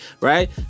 right